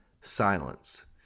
silence